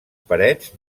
parets